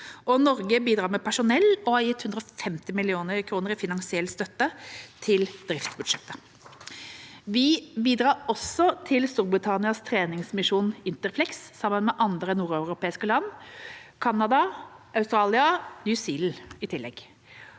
Norge bidrar med personell og har gitt 150 mill. kr i finansiell støtte til driftsbudsjettet. Vi bidrar også til Storbritannias treningsmisjon Interflex, sammen med andre nordeuropeiske land og i tillegg Canada, Australia og New Zealand. I løpet